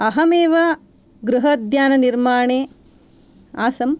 अहमेव गृहोद्याननिर्माणे आसम्